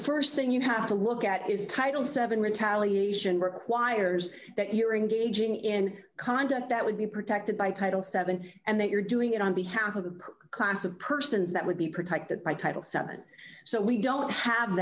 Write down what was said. the st thing you have to look at is title seven retaliation requires that you're engaging in conduct that would be protected by title seven and that you're doing it on behalf of a class of persons that would be protected by title seven so we don't have